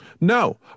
No